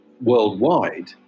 worldwide